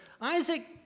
Isaac